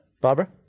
Barbara